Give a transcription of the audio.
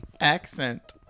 accent